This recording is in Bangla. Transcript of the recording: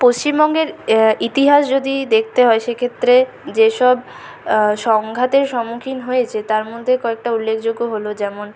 পশ্চিমবঙ্গের ইতিহাস যদি দেখতে হয় সে ক্ষেত্রে যে সব সংঘাতের সম্মুখীন হয়েছে তার মধ্যে কয়েকটা উল্লেখযোগ্য হল যেমন